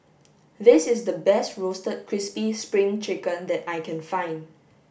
this is the best roasted crispy spring chicken that I can find